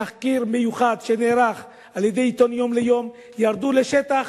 בתחקיר מיוחד שנערך על-ידי העיתון "יום ליום" ירדו לשטח